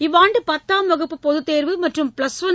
இவ்வாண்டு பத்தாம் வகுப்பு பொதுத் தேர்வு மற்றும் ப்ளஸ் ஒன்